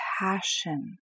passion